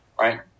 Right